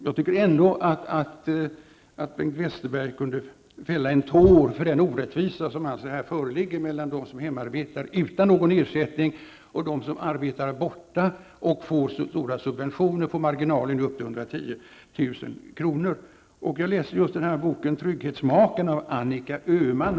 Jag tycker ändå att Bengt Westerberg kunde fälla en tår för den orättvisa som här föreligger mellan dem som arbetar utan någon ersättning och dem som arbetar borta och får stora subventioner på marginaler upp till 110 000 kr. Jag läser just nu boken Trygghetssmaken av Annika Öhman.